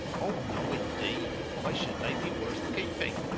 oh, no, indeed! why should they be worth keeping?